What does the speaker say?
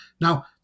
now